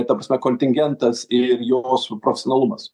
ta prasme kontingentas ir jos profesionalumas